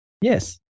Yes